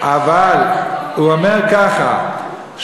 אבל הוא אומר ככה,